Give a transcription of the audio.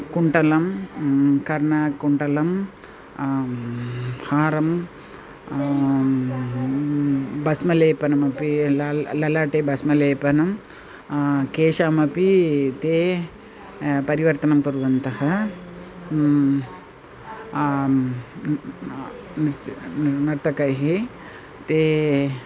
कुण्डलं कर्णकुण्डलं हारं भस्मलेपनमपि ल ल् ललाटे भस्मलेपनं केशमपि ते परिवर्तनं कुर्वन्तः मिर्त् नर्तकैः ते